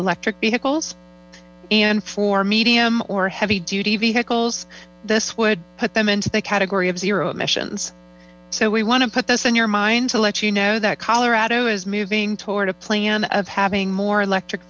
electric vehicles and for medium or heavy duty vehicles this would put them into the category of zero emissions so we want to put this inn y yr mi t to let you know that colorado is moving toward plan of having more electric